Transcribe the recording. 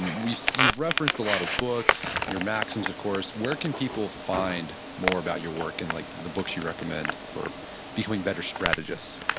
so you've referenced a lot of books, your maxims, of course. where can people find more about your work and like the books you recommend for becoming better strategists?